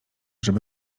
żeby